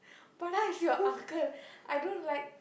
Pada is your uncle I don't like